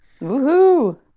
woohoo